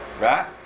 Right